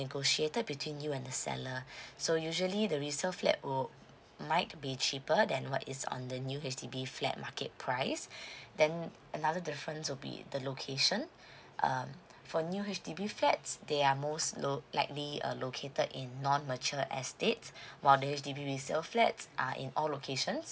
negotiated between you and the seller so usually the resale flat will might be cheaper than what is on the new H_D_B flat market price then another difference will be the location err for new H_D_B fats they are most low likely uh located in non mature estate the H_D_B resale flat are in all locations